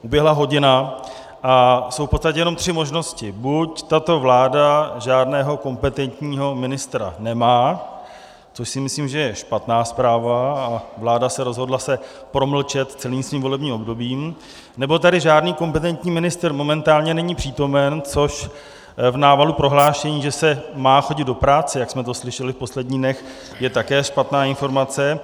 Uběhla hodina a jsou v podstatě jenom tři možnosti: buď tato vláda žádného kompetentního ministra nemá, což si myslím, že je špatná zpráva, a vláda se rozhodla promlčet se celým svým volebním obdobím, nebo tady žádný kompetentní ministr momentálně není přítomen, což v návalu prohlášení, že se má chodit do práce, jak jsme to slyšeli v posledních dnech, je také špatná informace.